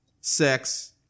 sex